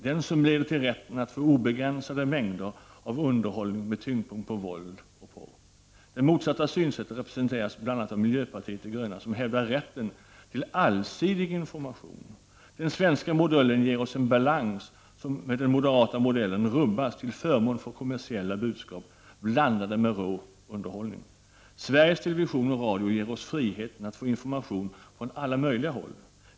Den som leder till rätten att få obegränsade mängder av underhållning med tyngdpunkt på våld och porr. Det motsatta synsättet representeras bl.a. av miljöpartiet de gröna som hävdar rätten till allsidig information. Den svenska modellen ger oss en balans som med den moderata modellen rubbas till förmån för kommersiella budskap blandade med rå underhållning. Sveriges television och radio ger oss friheten att få information från alla möjliga håll.